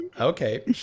Okay